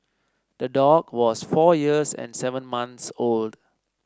the dog was four years and seven months old